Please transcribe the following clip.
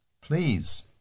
please